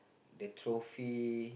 the trophy